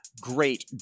great